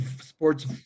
sports